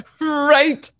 Right